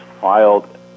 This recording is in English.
filed